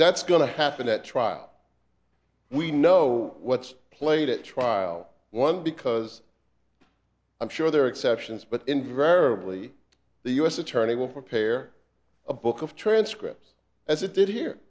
that's going to happen at trial we know what's played at trial one because i'm sure there are exceptions but invariably the us attorney will prepare a book of transcript as it did here